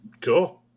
Cool